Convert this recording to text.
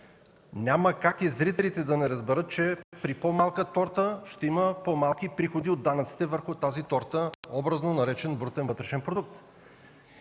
Няма как и зрителите да не разберат, че при по-малка торта ще има по-малки приходи от данъците върху тази торта, образно наречена брутен вътрешен продукт.